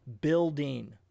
building